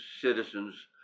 citizens